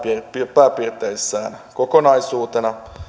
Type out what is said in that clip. pääpiirteissään kokonaisuutena